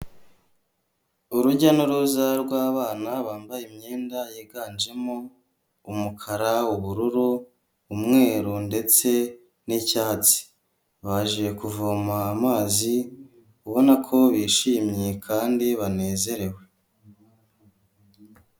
Urujya n'uruza rw'abana bambaye imyenda yiganjemo umukara, ubururu, umweru ndetse n'icyatsi, baje kuvoma amazi ubona ko bishimye kandi banezerewe.